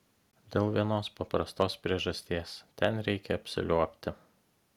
dėl vienos paprastos priežasties ten reikia apsiliuobti